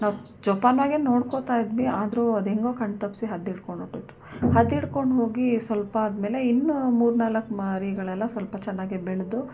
ನಾವು ಜೋಪಾನವಾಗೇ ನೋಡಿಕೋತಾ ಇದ್ವಿ ಆದರೂ ಅದು ಹೆಂಗೋ ಕಣ್ಣು ತಪ್ಪಿಸಿ ಹದ್ದು ಹಿಡ್ಕೊಂಡು ಹೊರಟೋಯ್ತು ಹದ್ದು ಹಿಡ್ಕೊಂಡು ಹೋಗಿ ಸ್ವಲ್ಪ ಆದಮೇಲೆ ಇನ್ನು ಮೂರು ನಾಲ್ಕು ಮರಿಗಳೆಲ್ಲ ಸ್ವಲ್ಪ ಚೆನ್ನಾಗೇ ಬೆಳೆದು